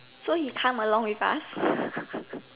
so he come along with us